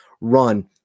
run